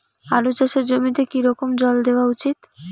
আলু চাষের জমিতে কি রকম জল দেওয়া উচিৎ?